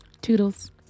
toodles